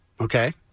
Okay